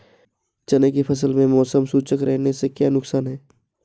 चने की फसल में मौसम शुष्क रहने से क्या नुकसान है?